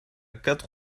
quatre